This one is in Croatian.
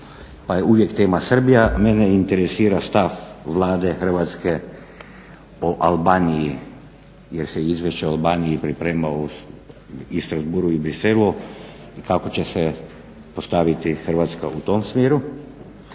pa je uvijek tema Srbija, a mene interesira stav Vlade Hrvatske o Albaniji jer se izvješće o Albaniji pripremalo i Strasbourgu i Bruxellesu kako će se postaviti Hrvatska u tom smjeru.